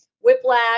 whiplash